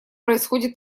происходит